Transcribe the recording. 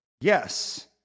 Yes